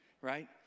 right